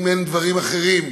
אם אין דברים אחרים,